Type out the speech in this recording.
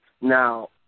Now